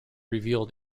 revealed